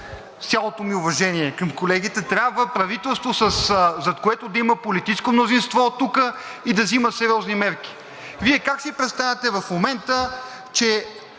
цялото ми уважение към колегите, трябва правителство, зад което да има политическо мнозинство тук и да взима сериозни мерки. Вие как си представяте в момента, че